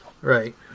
Right